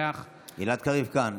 גלעד קריב כאן.